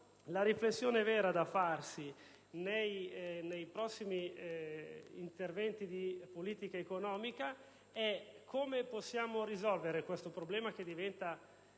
La riflessione vera da fare nei prossimi interventi di politica economica è come risolvere questo problema, che è